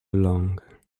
long